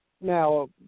Now